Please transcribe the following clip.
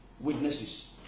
witnesses